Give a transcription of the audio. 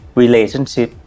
relationship